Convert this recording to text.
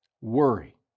Worry